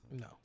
No